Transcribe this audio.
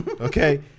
Okay